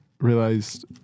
realized